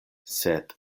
sed